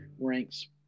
ranks